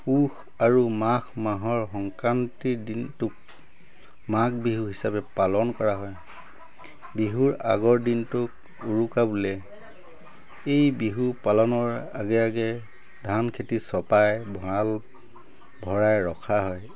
পুহ আৰু মাঘ মাহৰ সংক্ৰান্তিৰ দিনটোক মাঘ বিহু হিচাপে পালন কৰা হয় বিহুৰ আগৰ দিনটোক উৰুকা বোলে এই বিহু পালনৰ আগে আগে ধানখেতি চপাই ভঁৰাল ভৰাই ৰখা হয়